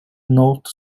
node